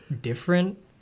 different